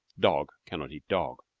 dog cannot eat dog.